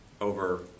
over